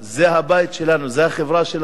זה הבית שלנו, זו החברה שלנו.